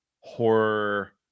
horror